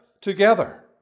together